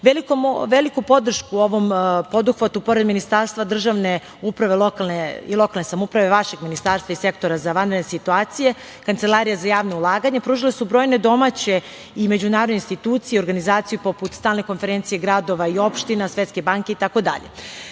podršku ovom poduhvatu, pored Ministarstva države uprave i lokalne samouprave, vašeg ministarstva i Sektora za vanredne situacije, Kancelarija za javna ulaganja, pružile su brojne domaće i međunarodne institucije i organizacije, poput stalne konferencije gradova i opština, Svetske banke